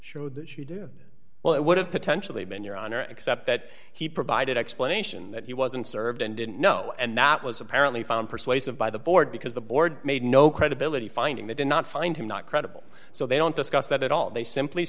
showed that you do well it would have potentially been your honor except that he provided explanation that he wasn't served and didn't know and that was apparently found persuasive by the board because the board made no credibility finding they did not find him not credible so they don't discuss that at all they simply